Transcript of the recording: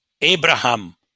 Abraham